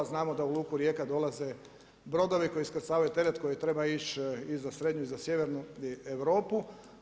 Znamo da u luku Rijeka dolaze brodovi koji iskrcavaju teret koji treba ići i za srednju i za sjevernu Europi.